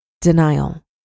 denial